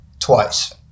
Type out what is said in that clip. Twice